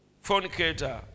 fornicator